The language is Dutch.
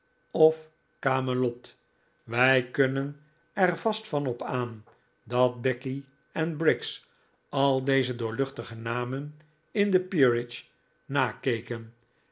of camelot wij kunnen er vast van op aan dat becky en briggs al deze doorluchtige namen in de peerage nakeken